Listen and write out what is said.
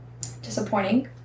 Disappointing